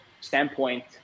standpoint